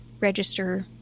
register